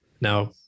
Now